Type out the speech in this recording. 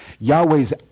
Yahweh's